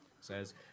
says